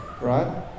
right